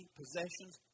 possessions